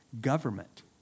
government